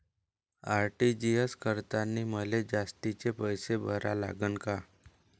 RTGS करतांनी मले जास्तीचे पैसे भरा लागन का?